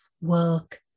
work